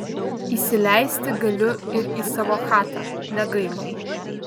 įsileisti galiu ir į savo chatą negaila